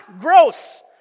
gross